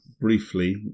briefly